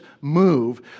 move